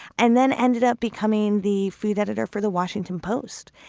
and then ended up becoming the food editor for the washington post.